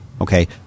Okay